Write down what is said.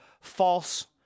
false